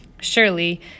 Surely